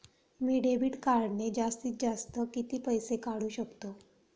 मी debit कार्डने जास्तीत जास्त किती पैसे काढू शकतो?